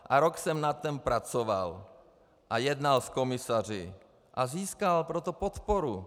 A rok jsem na tom pracoval a jednal s komisaři a získal pro to podporu.